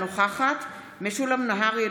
אינה נוכחת משולם נהרי,